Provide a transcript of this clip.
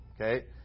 okay